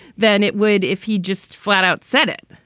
than it would if he just flat out said it.